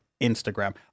Instagram